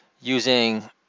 using